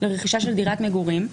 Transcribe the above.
לרכישה של דירת מגורים,